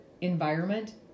environment